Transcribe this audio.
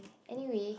anyway